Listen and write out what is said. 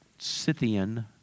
Scythian